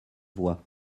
voie